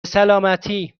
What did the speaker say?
سلامتی